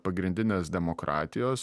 pagrindinės demokratijos